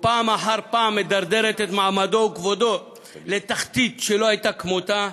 ופעם אחר פעם מדרדרת את מעמדו וכבודו לתחתית שלא הייתה כמותה,